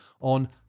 on